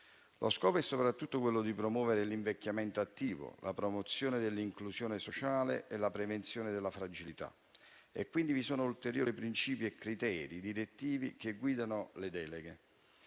Lo scopo è soprattutto quello di promuovere l'invecchiamento attivo, la promozione dell'inclusione sociale e la prevenzione della fragilità. Vi sono quindi ulteriori principi e criteri direttivi che guidano le deleghe.